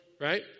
right